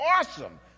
awesome